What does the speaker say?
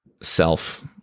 self